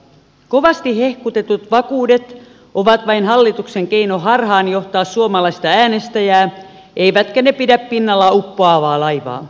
kovasti hehkutetut vakuudet ovat vain hallituksen keino harhaanjohtaa suomalaista äänestäjää eivätkä ne pidä pinnalla uppoavaa laivaa